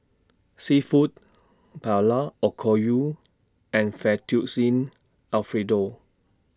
Seafood Paella Okayu and Fettuccine Alfredo